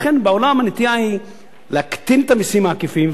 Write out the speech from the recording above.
לכן בעולם הנטייה היא להקטין את המסים העקיפים,